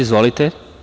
Izvolite.